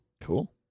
Cool